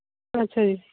ਅੱਛਾ ਜੀ